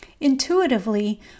Intuitively